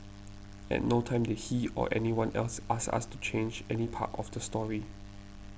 at no time did she or anyone else ask us to change any part of the story